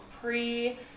pre